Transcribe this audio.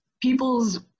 people's